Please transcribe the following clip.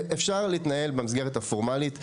אפשר להתנהל במסגרת הפורמלית,